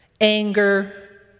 anger